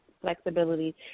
flexibility